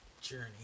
Journey